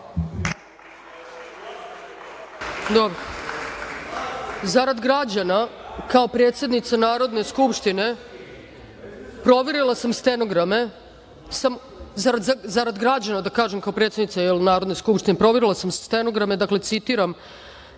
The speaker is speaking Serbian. Dobro. Zarad građana, kao predsednica Narodne skupštine, proverila sam stenograme. Dakle, citiram,